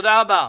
תודה רבה.